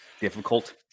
difficult